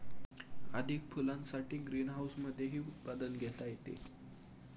अधिक फुलांसाठी ग्रीनहाऊसमधेही उत्पादन घेता येते